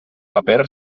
paper